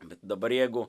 bet dabar jeigu